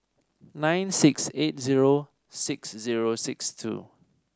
nine six eight zero six zero six two